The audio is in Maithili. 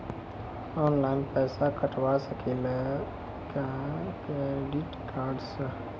ऑनलाइन पैसा कटवा सकेली का क्रेडिट कार्ड सा?